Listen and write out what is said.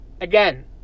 Again